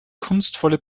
kunstvolle